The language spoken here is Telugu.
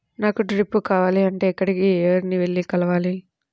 నాకు డ్రిప్లు కావాలి అంటే ఎక్కడికి, ఎవరిని వెళ్లి కలవాలి?